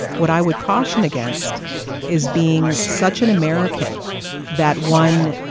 what i would caution against is being such an american that one